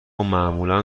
معمولا